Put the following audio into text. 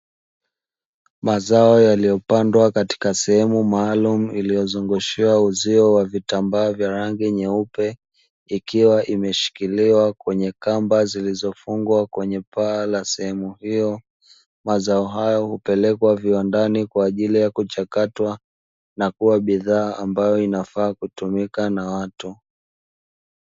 Mazao yaliyopandwa katika sehemu maalumu, iliyozungushiwa uzio wa vitambaa vya rangi nyeupe, ikiwa imeshikiliwa kwenye kamba zilizofungwa kwenye paa la sehemu hiyo. Mazao hayo hupelekwa viwandani kwa ajili ya kuchakatwa na kuwa bidhaa ambayo inafaa kutumiwa na watu.